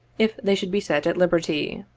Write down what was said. if they should be set at liberty.